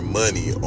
money